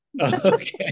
Okay